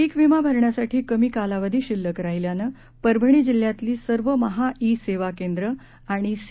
पीक विमा भरण्यासाठी कमी कालावधी शिल्लक राहिल्यानं परभणी जिल्ह्यातली सर्व महा ई सेवा केंद्र आणि सी